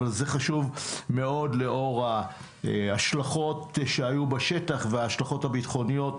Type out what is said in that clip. אבל זה חשוב מאוד לאור ההשלכות שהיו בשטח וההשלכות הביטחוניות